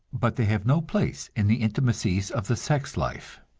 but they have no place in the intimacies of the sex life